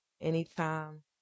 anytime